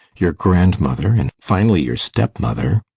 your grandmother, and finally, your step-mother